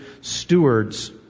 stewards